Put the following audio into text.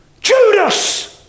Judas